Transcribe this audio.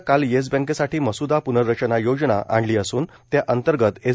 नं काल येस बँकेसाठी मसूदा पुनर्रचना योजना आणली असून त्याअंतर्गत एस